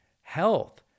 health